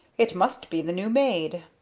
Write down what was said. it must be the new maid!